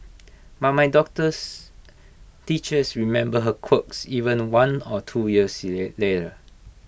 but my daughter's teachers remember her quirks even one or two years later